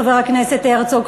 חבר הכנסת הרצוג,